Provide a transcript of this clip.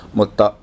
mutta